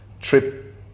trip